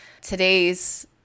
today's